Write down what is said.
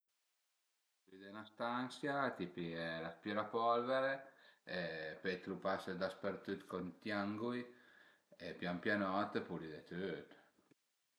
Për pulidé 'na stansia t'i pìe l'aspirapolvere e pöi lu pase daspertüt co ënt i angui e pian pianot pulide tüt